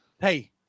hey